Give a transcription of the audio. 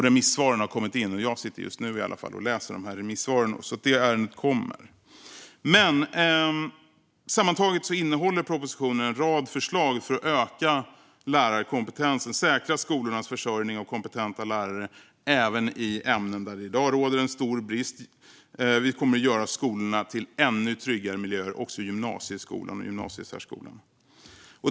Remissvaren har kommit in, och jag sitter just nu och läser dem. Det ärendet kommer. Sammantaget innehåller propositionen alltså en rad förslag för att öka lärarkompetensen och säkra skolornas försörjning av kompetenta lärare även i ämnen där det i dag råder en stor brist. Vi kommer att göra skolorna till ännu tryggare miljöer, också gymnasieskolorna och gymnasiesärskolorna.